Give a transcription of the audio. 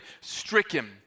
stricken